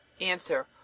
Answer